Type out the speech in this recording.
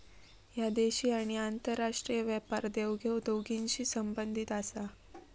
ह्या देशी आणि आंतरराष्ट्रीय व्यापार देवघेव दोन्हींशी संबंधित आसा